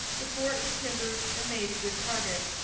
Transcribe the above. the fort was timbered and made a good target.